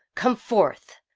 come forth!